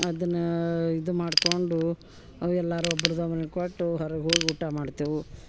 ಅದನ್ನು ಇದು ಮಾಡಿಕೊಂಡು ಎಲ್ಲರೂ ಒಬ್ರದ್ದು ಒಬ್ರಗೆ ಕೊಟ್ಟು ಹೊರ್ಗೆ ಹೋಗಿ ಊಟ ಮಾಡ್ತೇವೆ